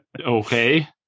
Okay